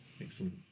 excellent